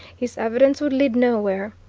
his evidence would lead nowhere.